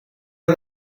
are